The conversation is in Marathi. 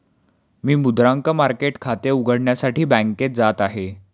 मी मुद्रांक मार्केट खाते उघडण्यासाठी बँकेत जात आहे